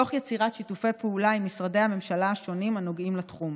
תוך יצירת שיתופי פעולה עם משרדי הממשלה השונים הנוגעים בתחום.